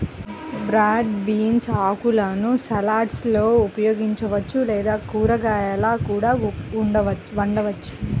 broad beans ఆకులను సలాడ్లలో ఉపయోగించవచ్చు లేదా కూరగాయలా కూడా వండవచ్చు